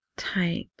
type